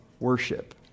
worship